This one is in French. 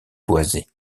boisée